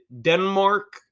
Denmark